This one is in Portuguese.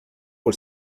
por